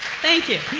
thank you.